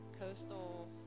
coastal